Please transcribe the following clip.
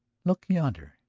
look yonder,